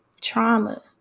trauma